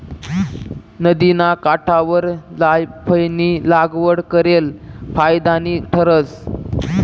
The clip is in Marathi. नदिना काठवर जायफयनी लागवड करेल फायदानी ठरस